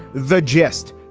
the gist?